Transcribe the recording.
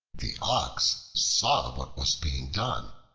the ox saw what was being done,